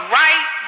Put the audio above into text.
right